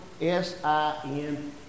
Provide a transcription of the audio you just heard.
S-I-N